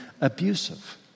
abusive